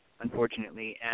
unfortunately